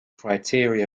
criteria